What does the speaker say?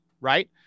right